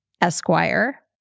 Esquire